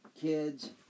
kids